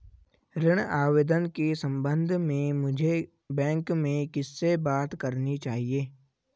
ऋण आवेदन के संबंध में मुझे बैंक में किससे बात करनी चाहिए?